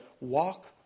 walk